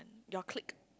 your clique